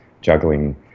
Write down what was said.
juggling